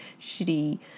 shitty